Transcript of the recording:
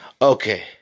Okay